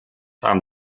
haben